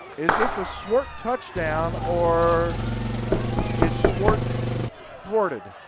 is this a swart touchdown or is swart thorted?